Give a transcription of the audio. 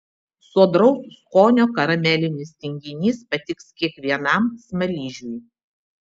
sodraus skonio karamelinis tinginys patiks kiekvienam smaližiui